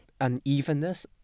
unevenness